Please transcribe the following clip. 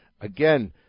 again